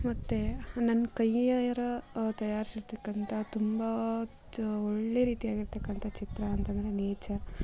ಮತ್ತೆ ನನ್ನ ಕೈಯಾರೆ ತಯಾರಿರ್ಸಿತಕ್ಕಂಥ ತುಂಬ ಒಳ್ಳೆ ರೀತಿಯಾಗಿರ್ತಕ್ಕಂಥ ಚಿತ್ರ ಅಂತೆಂದ್ರೆ ನೇಚರ್